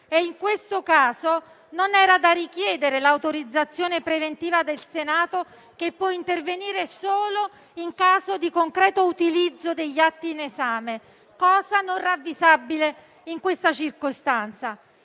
In questo caso non era da richiedere l'autorizzazione preventiva del Senato, che può intervenire solo in caso di concreto utilizzo degli atti in esame, cosa non ravvisabile in questa circostanza.